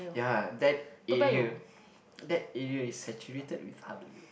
ya that area that area is saturated with heartlander